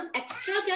extra